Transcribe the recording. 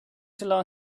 going